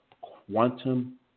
quantum